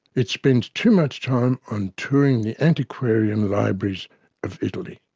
it spends too much time on touring the antiquarian libraries of italy.